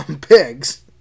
pigs